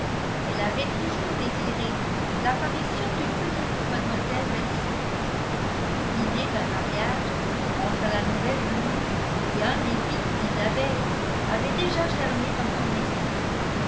elle avait toujours désiré l'apparition d'une petite mlle weston l'idée d'un mariage entre la nouvelle venue et un des fils d'isabelle avait déjà germé dans son esprit